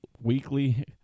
weekly